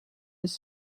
his